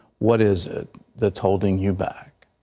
what is it that's holding you back?